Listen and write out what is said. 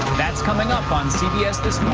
that's coming up on cbs this